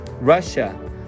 Russia